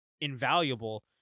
invaluable